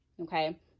Okay